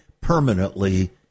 permanently